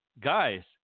guys